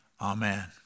Amen